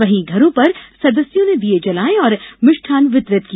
वहीं घरों पर सदस्यों ने दीये जलाए और मिष्ठान वितरित किया